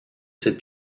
ses